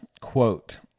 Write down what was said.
quote